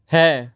ਹੈ